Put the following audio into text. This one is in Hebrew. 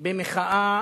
במחאה